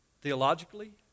theologically